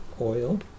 oil